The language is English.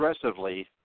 aggressively